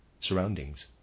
surroundings